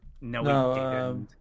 no